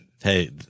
Hey